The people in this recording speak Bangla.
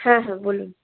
হ্যাঁ হ্যাঁ বলুন